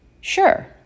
Sure